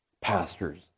pastors